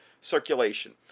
circulation